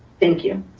thank you.